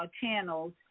channels